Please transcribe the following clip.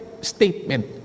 statement